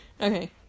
Okay